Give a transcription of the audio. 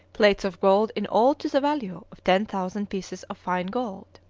plates of gold in all to the value of ten thousand pieces of fine gold.